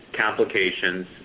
complications